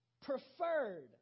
preferred